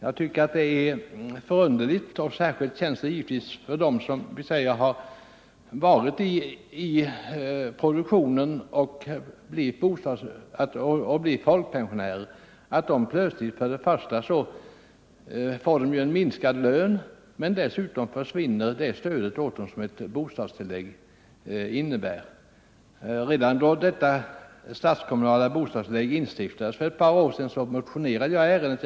Jag tycker att detta är underligt, och särskilt känns det givetvis så för dem som har varit i produktionen och sedan blivit folkpensionärer. För det första får de minskad inkomst, och för det andra försvinner det stöd som ett bostadstillägg innebär. Redan då det statskommunala bostadstillägget instiftades för ett par år sedan motionerade jag i ärendet.